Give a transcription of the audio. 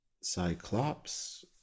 Cyclops